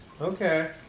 Okay